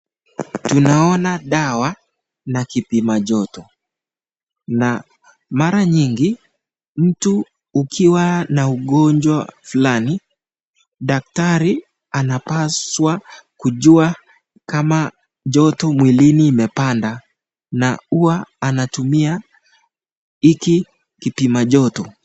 Tunaona dawa na kipimajoto na mara nyingi mtu ukiwa na ugonjwa fulani, daktari anapaswa kujua kama joto mwilini imepanda na huwa anatumia hiki kipimajoto.